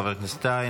חבר הכנסת טאהא,